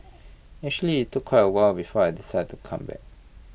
actually IT took quite A while before I decided to come back